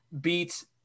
beat